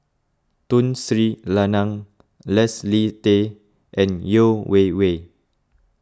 Tun Sri Lanang Leslie Tay and Yeo Wei Wei